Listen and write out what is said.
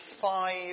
five